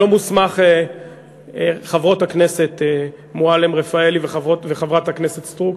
חברת הכנסת מועלם-רפאלי וחברת הכנסת סטרוק.